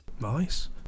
Nice